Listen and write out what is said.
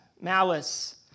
malice